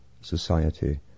society